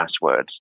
passwords